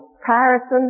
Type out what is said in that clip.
comparison